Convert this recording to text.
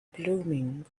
blooming